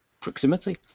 proximity